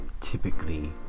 typically